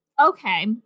Okay